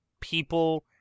people